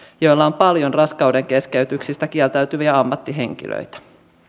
joilla on paljon raskauden keskeytyksistä kieltäytyviä ammattihenkilöitä